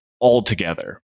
altogether